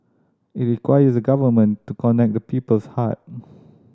it requires the Government to connect to people's heart